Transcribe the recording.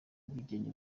ubwigenge